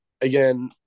again